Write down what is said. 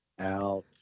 Out